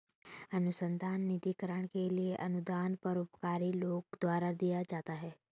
अनुसंधान निधिकरण के लिए अनुदान परोपकारी लोगों द्वारा दिया जाता है